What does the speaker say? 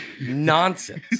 nonsense